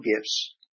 gifts